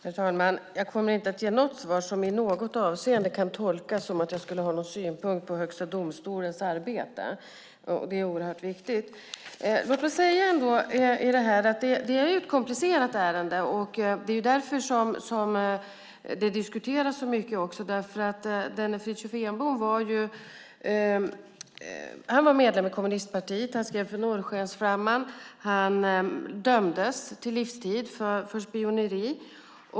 Herr talman! Jag kommer inte att ge något svar som på något vis kan tolkas som att jag skulle ha någon synpunkt på Högsta domstolens arbete. Det är oerhört viktigt. Det är ett komplicerat ärende. Det är därför det också diskuterats så mycket. Denne Fritiof Enbom var medlem i Kommunistpartiet och skrev för Norrskensflamman. Han dömdes till livstid för spioneri.